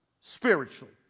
Spiritually